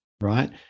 right